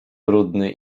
brudny